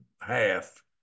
half